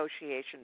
negotiation